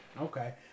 Okay